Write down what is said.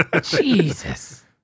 Jesus